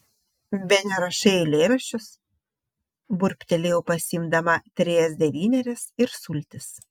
bene rašai eilėraščius burbtelėjau pasiimdama trejas devynerias ir sultis